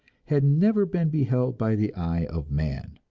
had never been beheld by the eye of man.